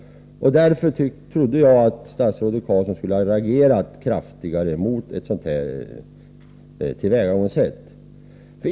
Därför trodde jag att statsrådet Carlsson skulle ha reagerat kraftigare mot ett sådant här tillvägagångssätt.